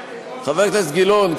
חבר הכנסת גילאון,